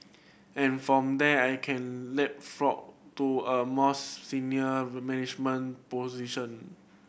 and from there I can leapfrog to a mouse senior management position